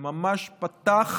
זה ממש פתח,